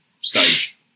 stage